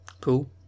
Cool